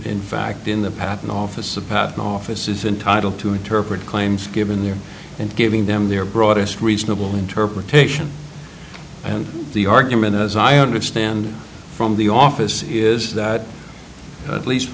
in fact in the patent office a patent office is entitled to interpret claims given them and giving them their broadest reasonable interpretation and the argument as i understand from the office is that at least